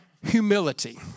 Humility